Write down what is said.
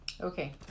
Okay